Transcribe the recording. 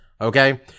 Okay